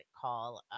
call